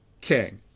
king